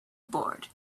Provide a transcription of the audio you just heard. bored